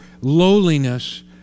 lowliness